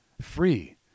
free